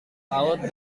laut